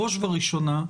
בראש ובראשונה,